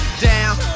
down